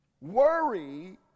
Worry